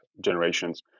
generations